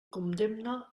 condemne